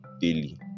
daily